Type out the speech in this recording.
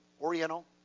Oriental